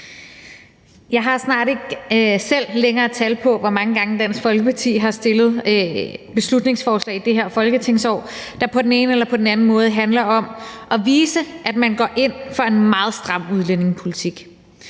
Jeg har snart ikke længere tal på, hvor mange gange Dansk Folkeparti har fremsat beslutningsforslag i det her folketingsår, der på den ene eller på den anden måde handler om at vise, at man går ind for en meget stram udlændingepolitik.